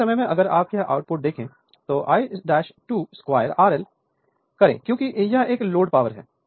एक ही समय में अगर आप यह आउटपुट देखें तो I22 RL करें क्योंकि यह एक लोड पावर है